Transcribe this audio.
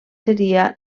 seria